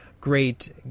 great